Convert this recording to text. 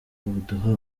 baduha